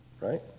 right